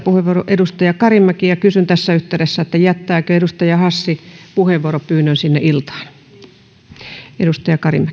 edustaja karimäki ja kysyn tässä yhteydessä jättääkö edustaja hassi puheenvuoropyynnön sinne iltaan arvoisa